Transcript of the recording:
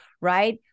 right